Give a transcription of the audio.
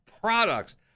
products